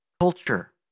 culture